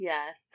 Yes